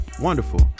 wonderful